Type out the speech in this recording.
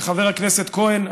וחבר הכנסת כהן,